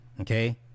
Okay